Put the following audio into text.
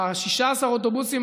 16 האוטובוסים,